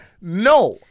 no